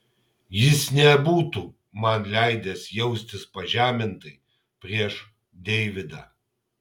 jis nebūtų man leidęs jaustis pažemintai prieš deividą